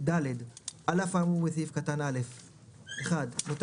(ד) על אף האמור בסעיף קטן (א) (1) נותן